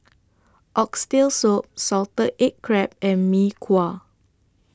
Oxtail Soup Salted Egg Crab and Mee Kuah